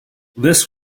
this